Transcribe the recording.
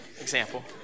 example